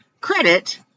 credit